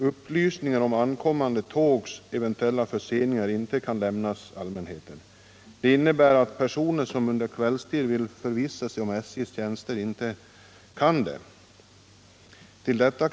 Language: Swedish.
Upplysningar om ankommande tågs eventuella förseningar kan alltså inte lämnas allmänheten. Det innebär att personer som under kvällstid vill förvissa sig om SJ:s tjänster inte kan göra detta.